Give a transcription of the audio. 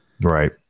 right